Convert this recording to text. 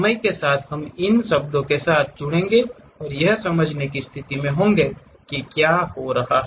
समय के साथ हम इन शब्दों के साथ जुड़ेंगे और यह समझने की स्थिति में होंगे कि क्या हो रहा है